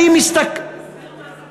האם, תסביר מה זה קונוסים.